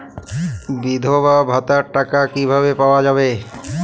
বিধবা ভাতার টাকা কিভাবে পাওয়া যাবে?